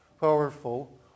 powerful